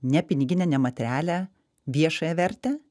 nepiniginę nematerialią viešąją vertę